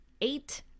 eight